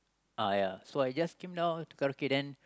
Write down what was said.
uh ya so I just came down to Karaoke then